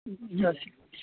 yes